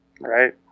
right